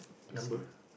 number